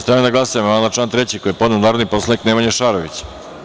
Stavljam na glasanje amandman na član 3. koji je podneo narodni poslanik Nemanja Šarović.